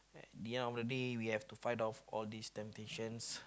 at the end of the day we have to fight off all this temptations